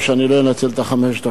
אני לא אנצל את חמש הדקות,